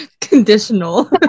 conditional